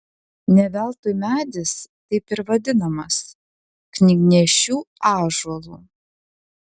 ne veltui medis taip ir vadinamas knygnešių ąžuolu